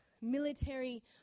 military